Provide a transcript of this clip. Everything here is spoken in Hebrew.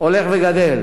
הולך וגדל.